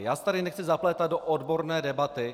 Já se tady nechci zaplétat do odborné debaty.